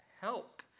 help